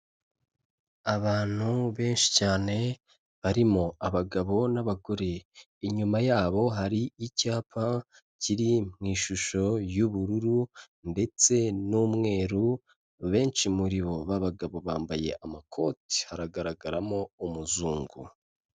Abantu benshi cyane barimo abagabo n'abagore, inyuma yabo hari icyapa kiri mu ishusho y'ubururu, ndetse n'umweru, benshi muri bo baba bagabo bambaye amakoti, hagaragaramo umuzungu.